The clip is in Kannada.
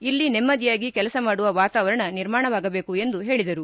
ಇಲ್ಲಿ ನೆಮ್ದಿಯಾಗಿ ಕೆಲಸ ಮಾಡುವ ವಾತಾವರಣ ನಿರ್ಮಾಣವಾಗಬೇಕು ಎಂದು ಹೇಳಿದರು